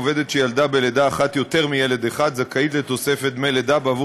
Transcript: עובדת שילדה בלידה אחת יותר מילד אחד זכאית לתוספת דמי לידה בעבור